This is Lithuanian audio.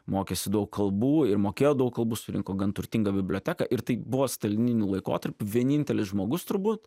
mokėsi daug kalbų ir mokėjo daug kalbų surinko gan turtingą biblioteką ir tai buvo stalininiu laikotarpiu vienintelis žmogus turbūt